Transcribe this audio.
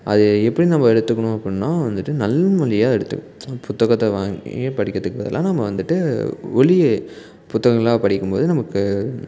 அது எப்படி நம்ம எடுத்துக்கணும் அப்படின்னா வந்துட்டு நல் மொழியாக எடுத்து புத்தகத்தை வாங்கி படிக்கிறதுக்கு பதிலாக நம்ம வந்துட்டு ஒலி புத்தகங்களாக படிக்கும் போது நமக்கு